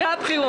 הוא בעד בחירות.